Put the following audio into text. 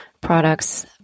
products